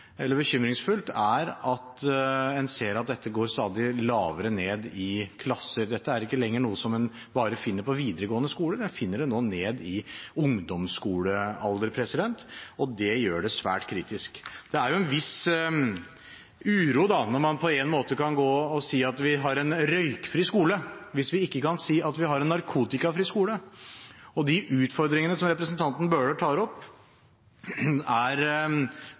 bekymringsfullt, er at en ser at dette går stadig lavere ned i klassetrinn. Dette er ikke lenger noe som en bare finner på videregående skoler, en finner det nå nede i ungdomsskolealder, og det gjør det svært kritisk. Det er jo en viss uro når man på en måte kan si at vi har en røykfri skole, hvis vi ikke kan si at vi har en narkotikafri skole. De utfordringene som representanten Bøhler tar opp, er